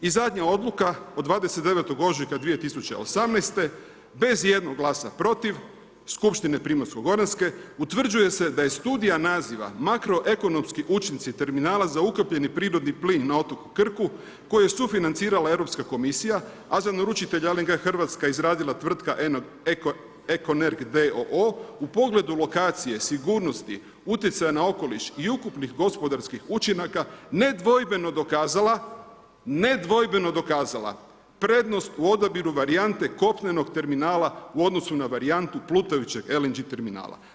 I zadnja odluka od 29. ožujka 2018. bez ijednog glasa protiv skupštine Primorsko-goranske utvrđuje se da je studija naziva „Makroekonomski učinci terminala za ukapljeni prirodni plin na otoku Krku“ koji je sufinancira Europska komisija, a za naručitelja LNG Hrvatska izradila tvrtka EKONERG d.o.o. u pogledu lokacije sigurnosti utjecaja na okoliš i ukupnih gospodarskih učinaka nedvojbeno dokazala, nedvojbeno dokazala prednost u odabiru varijante kopnenog terminala u odnosu na varijantu plutajućeg LNG terminala.